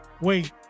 wait